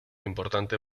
importante